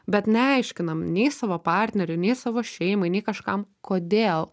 bet neaiškinam nei savo partneriui nei savo šeimai nei kažkam kodėl